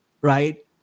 right